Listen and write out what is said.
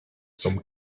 some